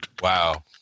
Wow